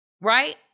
right